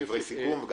דברי סיכום.